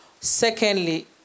Secondly